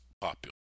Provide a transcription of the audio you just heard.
popular